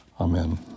Amen